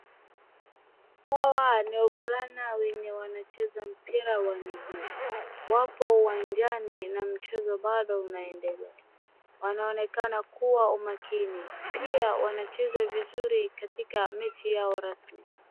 Hawa ni wavulana wenye wanacheza mpira wa miguu. Wapo uwanjani na mchezo bado unaendelea. Wanaonekana kuwa umakini. Pia wanacheza vizuri katika mechi yao rasmi.